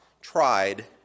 tried